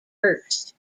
hurst